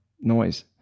noise